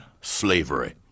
slavery